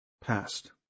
past